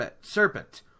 serpent